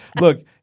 look